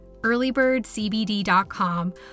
Earlybirdcbd.com